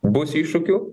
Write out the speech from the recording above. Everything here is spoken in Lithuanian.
bus iššūkių